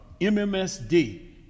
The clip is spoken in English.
MMSD